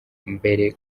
mbere